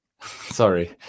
sorry